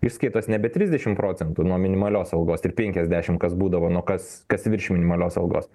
išskaitos nebe trisdešim procentų nuo minimalios algos ir penkiasdešim kas būdavo nuo kas kas virš minimalios algos